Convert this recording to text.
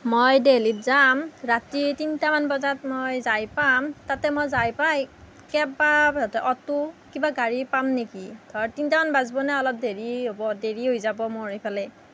মই দেলহিত যাম ৰাতি তিনটামান বজাত যাই পাম তাত মই যাই পাই কেব বা অট কিবা গাড়ী পাম নিকি ধৰক তিনটামান বাজিব না অলপ দেৰি দেৰি হৈ যাব মো এইফালে